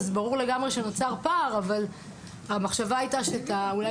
אז ברור לגמרי שנוצר פער אבל המחשבה הייתה שאולי